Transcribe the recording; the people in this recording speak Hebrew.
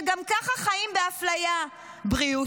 שגם ככה חיים באפליה בריאותית,